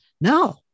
no